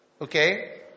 Okay